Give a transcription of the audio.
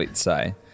say